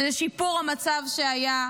לשיפור המצב שהיה,